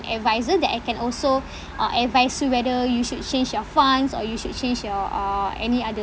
advisor that uh can also uh advice you whether you should change your funds or you should change your uh any other